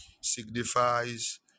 signifies